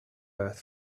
earth